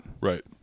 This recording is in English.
Right